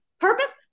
purpose